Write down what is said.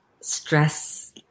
stress